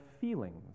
feelings